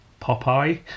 Popeye